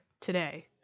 today